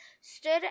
stood